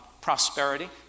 prosperity